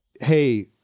hey